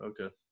Okay